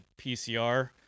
PCR